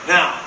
Now